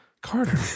Carter